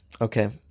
Okay